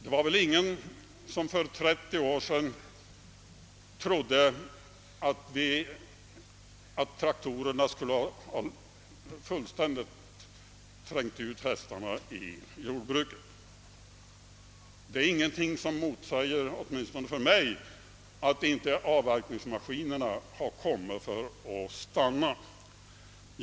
Det var väl ingen som för 30 år sedan trodde att traktorerna skulle ha fullständigt trängt ut hästarna i jordbruket. Det är åtminstone för mig ingenting som säger att inte avverkningsmaskinerna har kommit för att stanna.